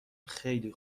خیلی